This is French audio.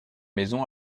maisons